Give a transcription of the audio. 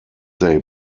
they